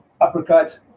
uppercuts